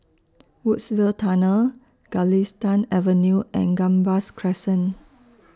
Woodsville Tunnel Galistan Avenue and Gambas Crescent